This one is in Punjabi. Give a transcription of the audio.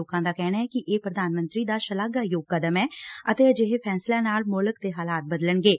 ਲੋਕਾਂ ਦਾ ਕਹਿਣੈ ਕਿ ਇਹ ਪ੍ਰਧਾਨ ਮੰਤਰੀ ਦਾ ਸ਼ਲਾਘਾਯੋਗ ਕਦਮ ਐ ਅਤੇ ਅਜਿਹੇ ਫੈਸਲਿਆਂ ਨਾਲ ਮੁਲਕ ਦੇ ਹਾਲਾਤ ਬਦਲਣਗੇ